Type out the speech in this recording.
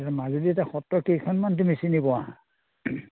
মাজুলীত এতিয়া সত্ৰ কেইখনমান তুমি চিনি পোৱা